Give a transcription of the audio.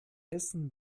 essen